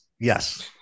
Yes